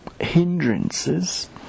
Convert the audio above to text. hindrances